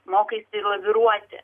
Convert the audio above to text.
mokaisi ir laviruoti